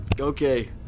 okay